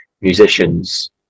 musicians